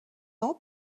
ans